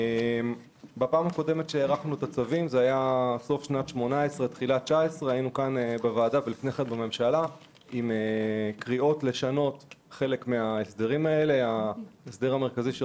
בפעם הקודמת הארכנו את הצווים בתחילת שנת 2019. נקראו כאן קריאות לשנות חלק מההסדר המרכזי הזה.